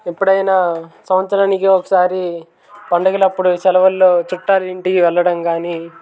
ఎప్పుడైనా సంవత్సరానికి ఒకసారి పండగలప్పుడు సెలవుల్లో చుట్టాల ఇంటికి వెళ్ళడం కానీ